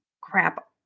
crap